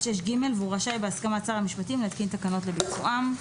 6ג והוא רשאי בהסכמת שר המשפטים להתקין תקנות לביצועם".